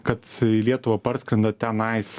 kad į lietuvą parskrenda tenais